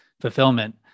fulfillment